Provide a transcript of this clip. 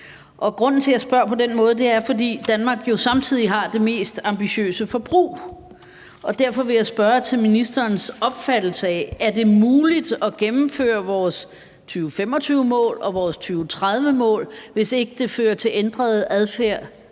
Grunden til, at jeg spørger på den måde, er, at Danmark jo samtidig har det mest ambitiøse forbrug. Og derfor vil jeg spørge til ministerens opfattelse af, om det er muligt at gennemføre vores 2025-mål og vores 2030-mål, hvis ikke det fører til ændret adfærd